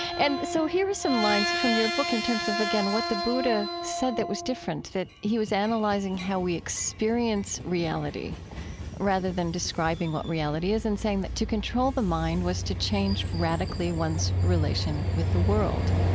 and so here are some lines from your book in terms of, again, what the buddha said that was different. that he was analyzing how we experience reality rather than describing what reality is, in saying that to control the mind was to change radically one's relation with the world.